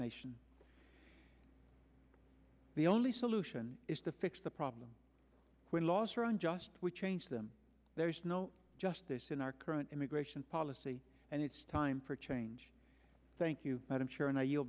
nation the only solution is to fix the problem when laws are unjust we change them there's no justice in our current immigration policy and it's time for change thank you but i'm sure